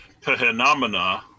phenomena